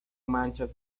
manchas